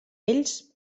ells